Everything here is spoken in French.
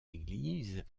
église